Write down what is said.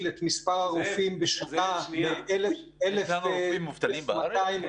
כמה רופאים מובטלים בארץ?